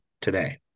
today